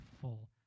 full